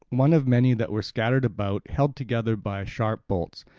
one of many that were scattered about, held together by sharp bolts,